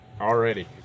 already